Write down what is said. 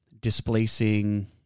displacing